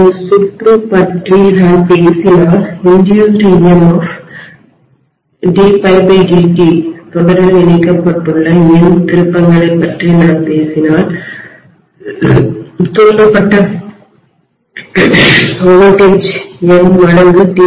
ஒரு சுற்று பற்றி நான் பேசினால் இன்டியூஸ்டுதூண்டப்பட்ட EMF d∅dt தொடரில் இணைக்கப்பட்டுள்ள n திருப்பங்களைப் பற்றி நான் பேசினால் இன்டியூஸ்டுதூண்டப்பட்ட மொத்த மின்னழுத்தம்வோல்டேஜ் n மடங்கு d∅dt